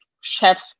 chef